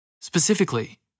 Specifically